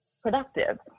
productive